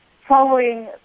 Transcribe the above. following